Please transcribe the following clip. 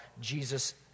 Jesus